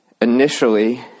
initially